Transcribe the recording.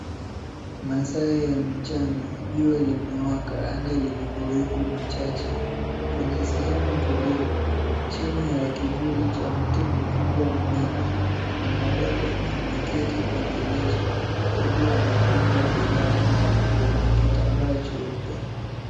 Masaa ya mchana, jua limewaka. Anga lina mawingu machache. Kwenye sehemu tulivu, chini ya kivuli cha mti mkubwa mnene, mwanadada ameketi kwenye leso huku anapanga bidhaa kwenye kitambaa cheupe.